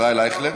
ישראל אייכלר?